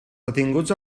detinguts